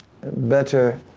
Better